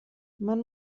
man